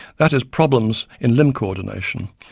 that is, problems in limb coordination,